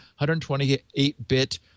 128-bit